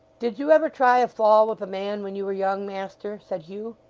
did you ever try a fall with a man when you were young, master said hugh.